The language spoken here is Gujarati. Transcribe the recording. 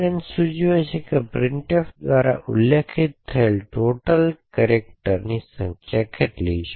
n સૂચવે છે કે printf દ્વારા ઉલ્લેખિત થયેલ ટોટલ કેરેક્ટરની સંખ્યા છે